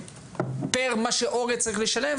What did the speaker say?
פר מה שהורה צריך לשלם,